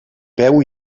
veu